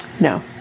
No